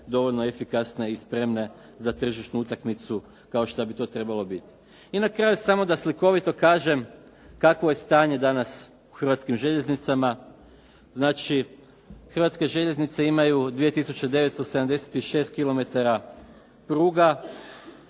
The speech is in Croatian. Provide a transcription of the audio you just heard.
dovoljno efikasne i spremne za tržišnu utakmicu kao što bi to trebalo biti. I na kraju samo da slikovito kažem kakvo je stavnje danas u hrvatskim željeznicama. Znači, hrvatske željeznice imaju 2976 kilometara